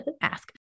ask